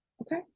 okay